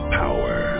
power